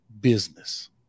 business